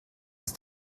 ist